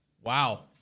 wow